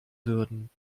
würden